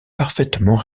parfaitement